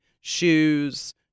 shoes